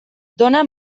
dóna